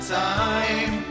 time